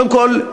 קודם כול,